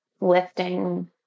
lifting